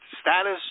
status